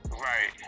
right